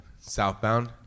southbound